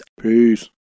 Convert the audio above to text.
Peace